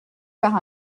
par